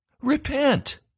repent